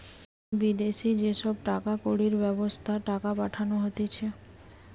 বিদেশি যে সব টাকা কড়ির ব্যবস্থা টাকা পাঠানো হতিছে